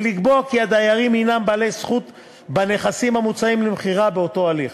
ולקבוע כי הדיירים הם בעלי זכות בנכסים המוצעים למכירה באותו הליך.